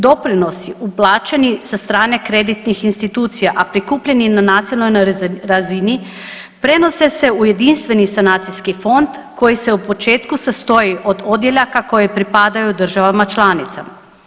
Doprinosi uplaćeni sa strane kreditnih institucija, a prikupljeni na nacionalnoj razini prenose se u jedinstveni sanacijski fond koji se u početku sastoji od odjeljaka koji pripadaju državama članicama.